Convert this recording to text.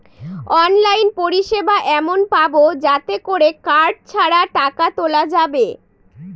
online পরিষেবা এমন পাবো যাতে করে কার্ড ছাড়া টাকা তোলা যাবে